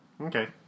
Okay